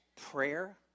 prayer